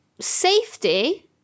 safety